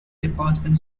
department